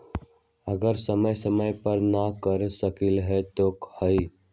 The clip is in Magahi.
अगर समय समय पर न कर सकील त कि हुई?